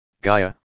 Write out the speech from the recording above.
gaia